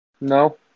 No